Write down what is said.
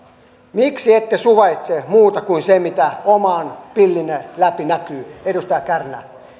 miksi ette suvaitse muuta kuin sen mitä oman pillinne läpi näkyy edustaja kärnä